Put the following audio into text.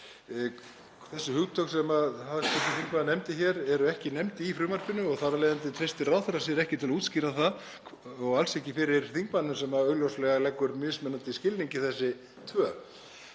Þessi hugtök sem hv. þingmaður nefndi hér eru ekki nefnd í frumvarpinu og þar af leiðandi treystir ráðherrann sér ekki til að útskýra það og alls ekki fyrir þingmanninum sem augljóslega leggur mismunandi skilning í þessi tvö